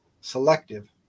selective